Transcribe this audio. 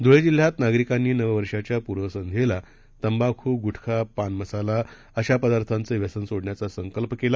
धुळेजिल्ह्यातनागरिकांनीनववर्षाच्यापूर्वसंध्येलातंबाखू गुटखा पानमसालाअशापदार्थांचंव्यसनसोडण्याचासंकल्पकेला